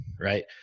right